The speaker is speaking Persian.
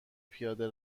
پیاده